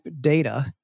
data